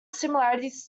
similarities